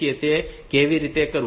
અને તે કેવી રીતે કરવું